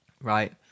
Right